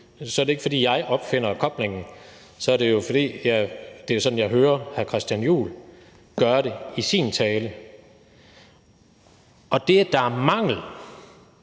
er det ikke, fordi jeg opfinder koblingen, så er det, fordi det er sådan, jeg hører hr. Christian Juhl gøre det i sin tale. Og at det, at der er mangel